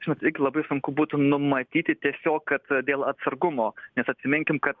žinot irgi labai sunku būtų numatyti tiesiog kad dėl atsargumo nes atsiminkim kad